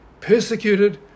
persecuted